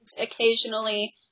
Occasionally